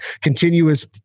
continuous